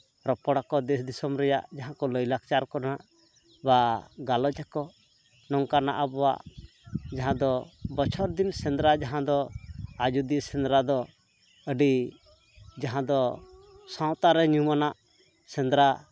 ᱨᱚᱯᱚᱲ ᱟᱠᱚ ᱫᱮᱥ ᱫᱤᱥᱳᱢ ᱨᱮᱭᱟᱜ ᱡᱟᱦᱟᱸ ᱠᱚ ᱞᱟᱭᱼᱞᱟᱠᱪᱟᱨ ᱠᱚᱨᱮᱱᱟᱜ ᱵᱟ ᱜᱟᱞᱚᱪ ᱟᱠᱚ ᱱᱚᱝᱠᱟᱱᱟᱜ ᱟᱵᱚᱣᱟᱜ ᱡᱟᱦᱟᱸ ᱫᱚ ᱵᱚᱪᱷᱚᱨ ᱫᱤᱱ ᱥᱮᱸᱫᱽᱨᱟ ᱡᱟᱦᱟᱸ ᱫᱚ ᱟᱡᱳᱫᱤᱭᱟᱹ ᱥᱮᱸᱫᱽᱨᱟ ᱫᱚ ᱟᱹᱰᱤ ᱡᱟᱦᱟᱸ ᱫᱚ ᱥᱟᱶᱛᱟᱨᱮ ᱧᱩᱢ ᱟᱱᱟᱜ ᱥᱮᱸᱫᱽᱨᱟ